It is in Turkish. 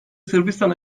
sırbistan